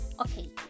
Okay